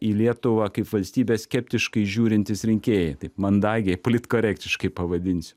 į lietuvą kaip valstybę skeptiškai žiūrintys rinkėjai taip mandagiai politkorektiškai pavadinsiu